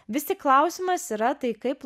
vis tik klausimas yra tai kaip